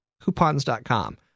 Coupons.com